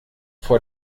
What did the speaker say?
vor